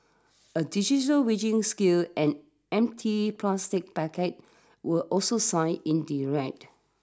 a digital weighing scale and empty plastic packets were also seized in the raid